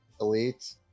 elite